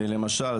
למשל,